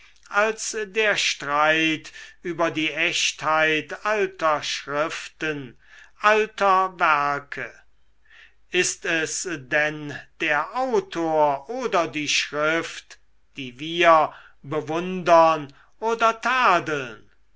als der streit über die echtheit alter schriften alter werke ist es denn der autor oder die schrift die wir bewundern oder tadeln